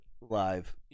live